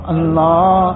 Allah